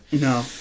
No